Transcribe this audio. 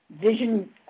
vision